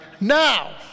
now